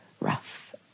rough